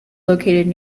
located